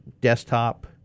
desktop